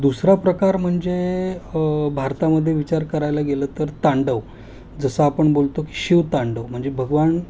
दुसरा प्रकार म्हणजे भारतामध्ये विचार करायला गेलं तर तांडव जसं आपण बोलतो की शिव तांडव म्हणजे भगवान